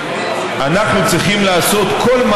(מאגר צרכנים להגבלת שיחות שיווק